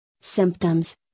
Symptoms